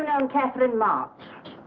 i'm catherine ma.